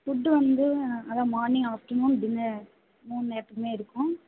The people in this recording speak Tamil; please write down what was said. ஃபுட்டு வந்து அதுதான் மார்னிங் ஆஃப்டர் நூன் டின்னர் மூணு நேரத்துக்குமே இருக்கும்